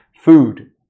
food